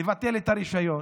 לבטל את הרישיון,